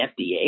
FDA